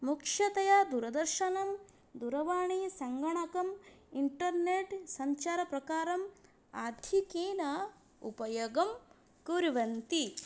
मुख्यतया दूरदर्शनं दूरवाणीं सङ्गणकम् इण्टर्नेट् सञ्चारप्रकारम् आधिक्येन उपयोगं कुर्वन्ति